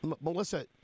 Melissa